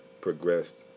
progressed